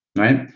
right?